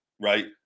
Right